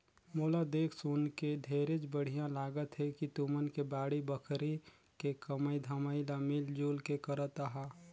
मोला देख सुनके ढेरेच बड़िहा लागत हे कि तुमन के बाड़ी बखरी के कमई धमई ल मिल जुल के करत अहा